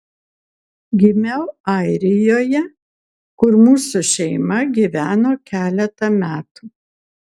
gimiau airijoje kur mūsų šeima gyveno keletą metų